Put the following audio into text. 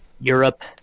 Europe